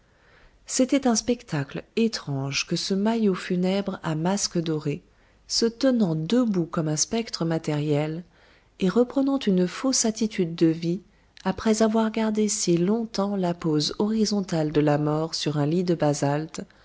c'était un spectacle étrange que ce maillot funèbre à masque doré se tenant debout comme un spectre matériel et reprenant une fausse attitude de vie après avoir gardé si longtemps la pose horizontale de la mort sur un lit de basalte